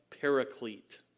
paraclete